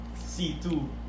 C2